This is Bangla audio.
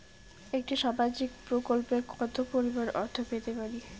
একটি সামাজিক প্রকল্পে কতো পরিমাণ অর্থ পেতে পারি?